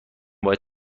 باید